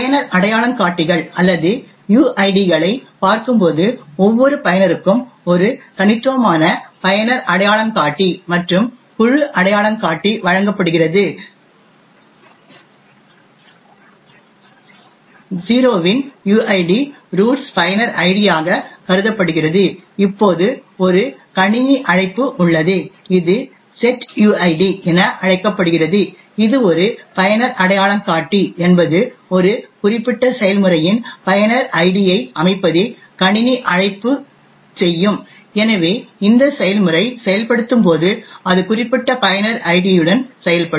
பயனர் அடையாளங்காட்டிகள் அல்லது யுஐடிகளைப் பார்க்கும்போது ஒவ்வொரு பயனருக்கும் ஒரு தனித்துவமான பயனர் அடையாளங்காட்டி மற்றும் குழு அடையாளங்காட்டி வழங்கப்படுகிறது 0 இன் யுஐடி ரூட்ஸ் பயனர் ஐடியாகக் கருதப்படுகிறது இப்போது ஒரு கணினி அழைப்பு உள்ளது இது செட்யுஐடி என அழைக்கப்படுகிறது இது ஒரு பயனர் அடையாளங்காட்டி என்பது ஒரு குறிப்பிட்ட செயல்முறையின் பயனர் ஐடியை அமைப்பதே கணினி அழைப்பு செய்யும் எனவே இந்த செயல்முறை செயல்படுத்தும்போது அது குறிப்பிட்ட பயனர் ஐடியுடன் செயல்படும்